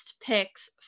picks